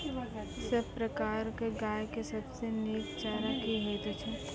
सब प्रकारक गाय के सबसे नीक चारा की हेतु छै?